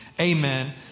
amen